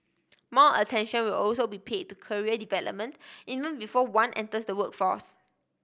more attention will also be paid to career development even before one enters the workforce